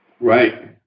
Right